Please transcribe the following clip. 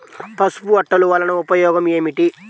పసుపు అట్టలు వలన ఉపయోగం ఏమిటి?